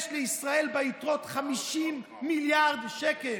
יש לישראל ביתרות 50 מיליארד שקל.